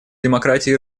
демократии